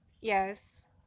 Yes